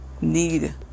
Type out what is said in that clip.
need